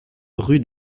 rue